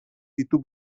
ditu